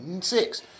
six